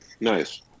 Nice